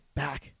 back